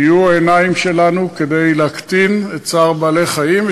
תהיו העיניים שלנו כדי להקטין את צער בעלי-החיים.